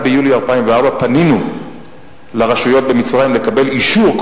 פנינו לרשויות במצרים לקבל אישור,